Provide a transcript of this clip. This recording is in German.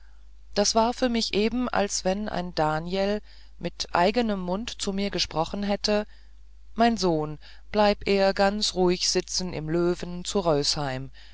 das war für mich eben als wenn ein daniel mit eigenem mund zu mir gesprochen hätte mein sohn bleib er ganz ruhig sitzen im löwen zu rösheim